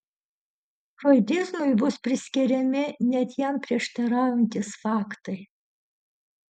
froidizmui bus priskiriami net jam prieštaraujantys faktai